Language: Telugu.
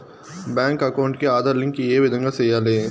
బ్యాంకు అకౌంట్ కి ఆధార్ లింకు ఏ విధంగా సెయ్యాలి?